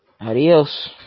adios